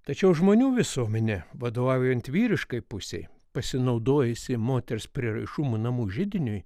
tačiau žmonių visuomenę vaduojant vyriškai pusei pasinaudojusi moters prieraišumo namų židiniui